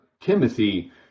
Timothy